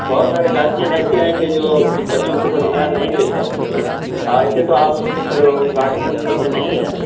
بہت سارے گارجین ایسے ہیں کہ جو بچوں کے اوپر دھیان نہیں دیتے ہیں ایسے تو آپ اس میں سے ان گارجین سے نہیں ہیں